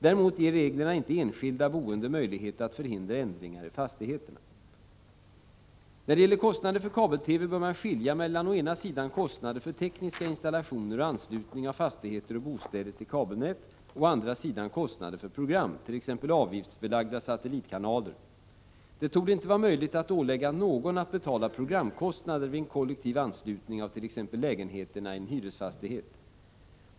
Däremot ger reglerna inte enskilda boende möjlighet att förhindra ändringar i fastigheterna. När det gäller kostnader för kabel-TV bör man skilja mellan å ena sidan kostnader för tekniska installationer och anslutning av fastigheter och bostäder till kabelnät och å andra sidan kostnader för program, t.ex. avgiftsbelagda satellitkanaler. Det torde inte vara möjligt att ålägga någon att betala programkostnader vid en kollektiv anslutning av t.ex. lägenheterna i en hyresfastighet.